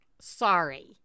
sorry